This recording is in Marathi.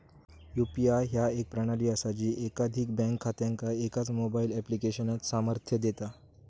यू.पी.आय ह्या एक प्रणाली असा जी एकाधिक बँक खात्यांका एकाच मोबाईल ऍप्लिकेशनात सामर्थ्य देता